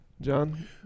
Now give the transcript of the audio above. John